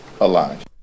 alive